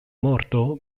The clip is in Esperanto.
morto